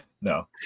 no